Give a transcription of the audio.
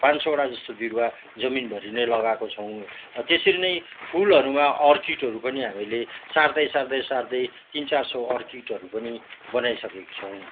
पाँच सौवटा जस्तो बिरुवा जमिनभरि नै लगाएको छौँ त्यसरी नै फुलहरूमा अर्किडहरू पनि हामीले सार्दै सार्दै सार्दै तिन चार सौ अर्किडहरू पनि बनाइसकेको छौँ